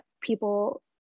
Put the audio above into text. people